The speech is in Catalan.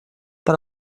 per